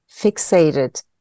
fixated